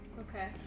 Okay